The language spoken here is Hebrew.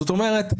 זאת אומרת,